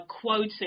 quoting